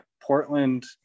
portland